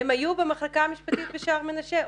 הם היו במחלקה המשפטית בשער מנשה,